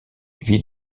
vit